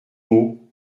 mot